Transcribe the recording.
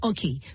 Okay